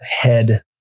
head